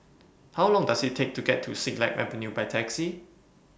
How Long Does IT Take to get to Siglap Avenue By Taxi